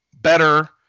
better